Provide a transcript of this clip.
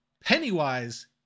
Pennywise